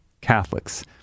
Catholics